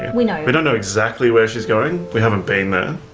we know. we don't know exactly where she's going, we haven't been there.